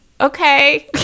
okay